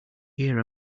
hear